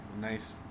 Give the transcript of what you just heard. nice